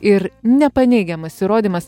ir nepaneigiamas įrodymas